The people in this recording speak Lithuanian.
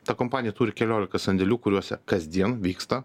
ta kompanija turi keliolika sandėlių kuriuose kasdien vyksta